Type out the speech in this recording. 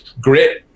grit